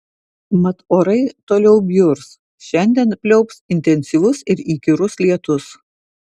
mat orai toliau bjurs šiandien pliaups intensyvus ir įkyrus lietus